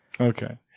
Okay